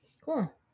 Cool